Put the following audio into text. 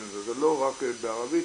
זה לא רק בערבית,